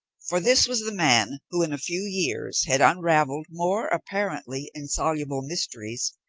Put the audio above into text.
for this was the man, who, in a few years, had unravelled more apparently insoluble mysteries,